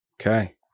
Okay